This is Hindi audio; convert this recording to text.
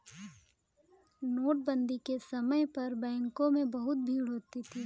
नोटबंदी के समय पर बैंकों में बहुत भीड़ होती थी